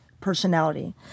personality